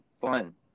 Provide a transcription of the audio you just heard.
fun